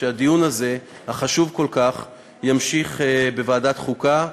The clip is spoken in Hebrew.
שהדיון הזה החשוב כל כך ימשיך בוועדת חוקה,